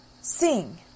Sing